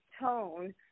tone